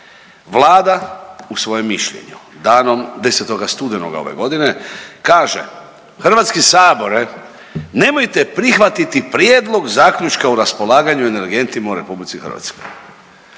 Vlada u svojem mišljenju danom 10. studenoga ove godine kaže: Hrvatski sabore nemojte prihvatiti prijedlog zaključka o raspolaganju energentima u Republici Hrvatskoj.